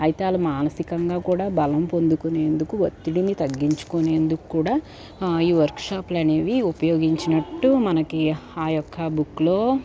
అయితే వాళ్ళు మానసికంగా కూడా బలం పొందుకునేందుకు ఒత్తిడిని తగ్గించుకునేందుకు కూడా ఈ వర్క్ షాప్స్లు అనేవీ ఉపయోగించినట్టు మనకి ఆ యొక్క బుక్లో